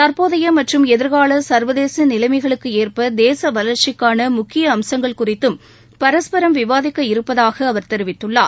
தற்போதைய மற்றும் எதிர்கூல சள்வதேச நிலைமைகளுக்கு ஏற்ப தேச வளர்ச்சிக்கான முக்கிய அம்சங்கள் குறித்தும் பரஸ்பரம் விவாதிக்க இருப்பதாக அவர் தெரிவித்துள்ளார்